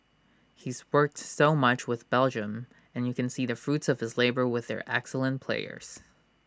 he's worked so much with Belgium and you can see the fruits of his labour with their excellent players